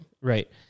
right